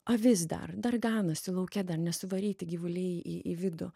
avis dar dar ganosi lauke dar nesuvaryti gyvuliai į į vidų